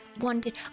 wanted-